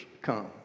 come